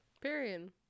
Period